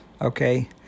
okay